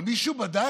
אבל מישהו בדק?